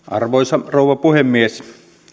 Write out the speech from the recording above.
arvoisa rouva puhemies